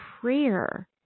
prayer